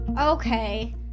Okay